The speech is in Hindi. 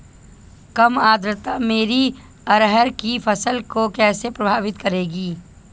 कम आर्द्रता मेरी अरहर की फसल को कैसे प्रभावित करेगी?